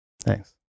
Thanks